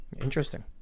Interesting